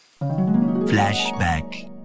Flashback